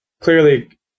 clearly